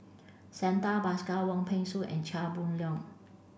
Santha Bhaskar Wong Peng Soon and Chia Boon Leong